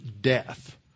death